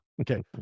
Okay